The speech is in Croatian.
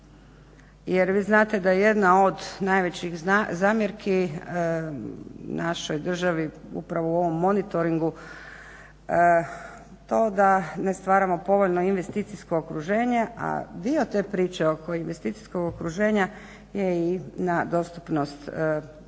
jer vi znate da jedna od najvećih zamjerki našoj državi, upravo u ovom monitoringu, to da ne stvaramo povoljno investicijo okruženje, a dio te priče oko investicijskog okruženja je i na dostupnost, nedostupnost